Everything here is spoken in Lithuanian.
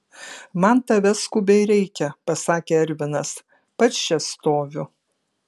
man tavęs skubiai reikia pasakė ervinas pats čia stoviu